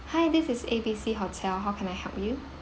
hi this is A B C hostel how can I help you